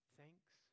Thanks